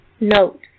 Note